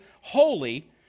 holy